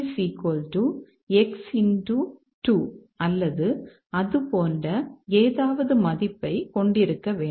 இது P X 2 அல்லது அது போன்ற ஏதாவது மதிப்பை கொண்டிருக்க வேண்டும்